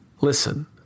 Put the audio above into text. Listen